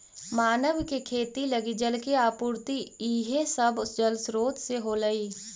मानव के खेती लगी जल के आपूर्ति इहे सब जलस्रोत से होलइ